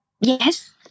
yes